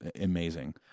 amazing